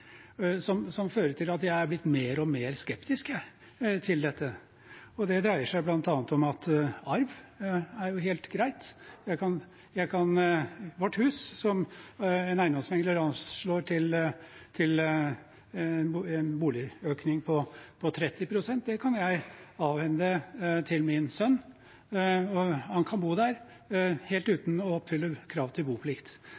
som fører til at jeg er blitt mer og mer skeptisk til dette. Det dreier seg bl.a. om arv, som jo er helt greit. Vårt hus, som en eiendomsmegler anslår har hatt en prisøkning på 30 pst., kan jeg avhende til min sønn, og han kan bo der helt